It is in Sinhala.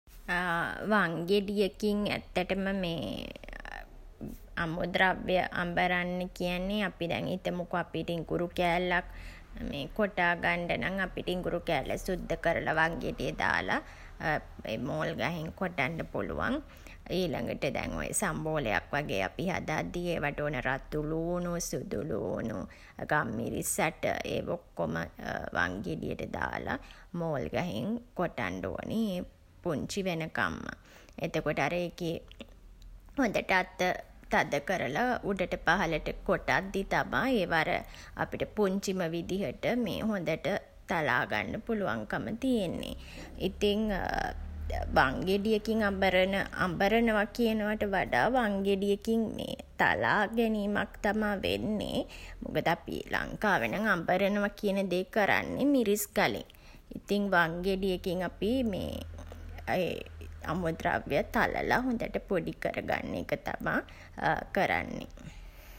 වංගෙඩියකින් ඇත්තටම අමුද්‍රව්‍ය අඹරන්න කියන්නේ අපි දැන් හිතමුකෝ අපිට ඉඟුරු කෑල්ලක් මේ කොටා ගන්න නම් අපි ඉඟුරු කෑල්ල සුද්ද කරලා වංගෙඩියේ දාලා ඒ මෝල්ගහෙන් කොටන්ඩ පුළුවන්. ඊළඟට දැන් ඔය සම්බෝලයක් වගේ අපි හදද්දී ඒවට ඕන රතු ළූණු, සුදු ළූණු, ගම්මිරිස් ඇට ඒවා ඔක්කොමත් වංගෙඩියට දාලා, මෝල්ගහෙන් කොටන්ඩ ඕනේ ඒ පුංචි වෙනකන්ම. එතකොට ඒකෙ අර හොඳට අත තද කරලා උඩට පහළට කොටද්දී තමා ඒවා අර අපිට පුංචිම විදිහට මේ හොඳට තලා ගන්න පුළුවන්කම තියෙන්නේ. ඉතින් වංගෙඩියකින් අඹරන අඹරනවා කියනවට වඩා වංගෙඩියකින් මේ තලා ගැනීමක් තමා වෙන්නේ. මොකද අපි ලංකාවේ නම් අඹරනවා කියන දේ කරන්නේ මිරිස් ගලෙන්. ඉතින් වංගෙඩියකින් අපි මේ අමුද්‍රව්‍ය තලලා හොඳට පොඩි කරගන්න එක තමා කරන්නේ.